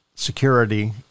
security